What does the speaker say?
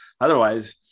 otherwise